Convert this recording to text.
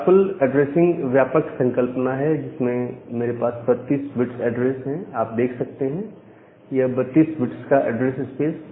classful addressing व्यापक संकल्पना है जिसमें मेरे पास 32 बिट एड्रेस है आप देख सकते हैं यह 32 बिट का ऐड्रेस स्पेस